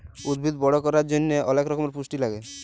উদ্ভিদ বড় ক্যরার জন্হে অলেক রক্যমের পুষ্টি লাগে